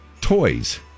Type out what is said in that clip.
toys